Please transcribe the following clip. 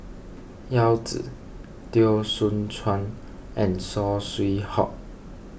Yao Zi Teo Soon Chuan and Saw Swee Hock